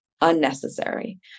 unnecessary